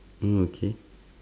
mm okay